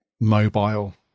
mobile